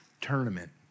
Tournament